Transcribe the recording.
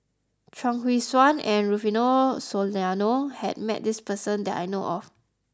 Chuang Hui Tsuan and Rufino Soliano has met this person that I know of